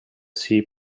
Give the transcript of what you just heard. sea